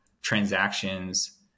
transactions